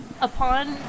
Upon-